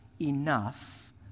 enough